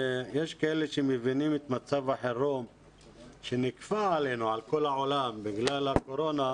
יש כאלה שמבינים את מצב החירום שנכפה עלינו בכל העולם בגלל הקורונה,